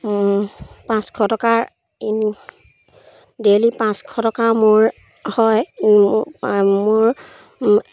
পাঁচশ টকাৰ ডেইলি পাঁচশ টকা মোৰ হয় মোৰ